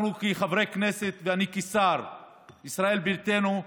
אנחנו כחברי כנסת ואני כשר בישראל ביתנו,